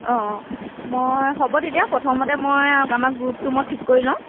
অঁ অঁ মই হ'ব তেতিয়া প্ৰথমতে মই আমাৰ গ্ৰুপটো মই ঠিক কৰি লওঁ